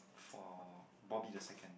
for Bobby the second